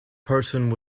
person